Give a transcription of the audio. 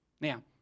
Now